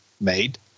made